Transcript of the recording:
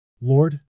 Lord